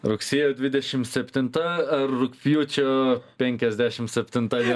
rugsėjo dvidešim septinta ar rugpjūčio penkiasdešim septinta die